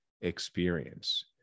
experience